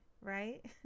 right